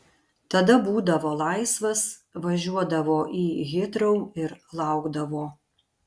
tada būdavo laisvas važiuodavo į hitrou ir laukdavo